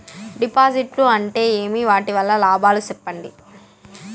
డిపాజిట్లు అంటే ఏమి? వాటి వల్ల లాభాలు సెప్పండి?